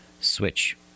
Switch